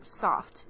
soft